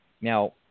Now